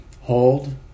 hold